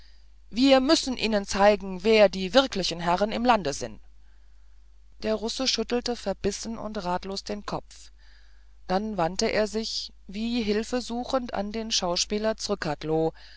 wir müssen ihnen zeigen wer die wirklichen herren im lande sin der russe schüttelte verbissen und ratlos den kopf dann wandte er sich wie hilfesuchend an den schauspieler